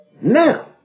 Now